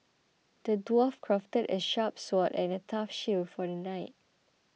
the dwarf crafted a sharp sword and a tough shield for the knight